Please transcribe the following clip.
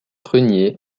renié